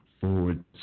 forward